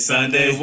Sunday